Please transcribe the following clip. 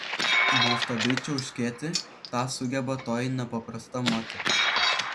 nuostabiai čiauškėti tą sugeba toji nepaprasta moteris